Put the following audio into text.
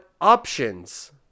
options